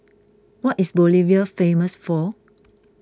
what is Bolivia famous for